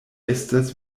estas